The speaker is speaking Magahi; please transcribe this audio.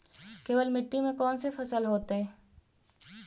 केवल मिट्टी में कौन से फसल होतै?